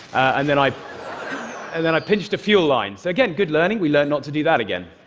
and then i and then i pinched a fuel line. so again, good learning. we learned not to do that again.